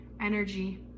energy